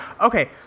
Okay